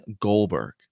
Goldberg